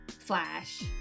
flash